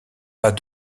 pas